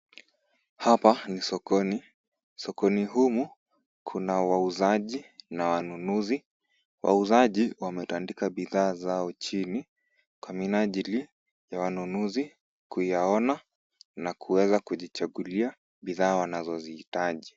Hapa ni sokoni. Sokoni humu kuna wauzaji na wanunuzi. Wauzaji wametandika bidhaa zao chini kwa minajili ya wanunuzi kuyaona na kuweza kujichagulia bidhaa wanazozihitaji.